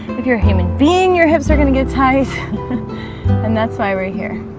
if you're a human being your hips are gonna get tight and that's why right here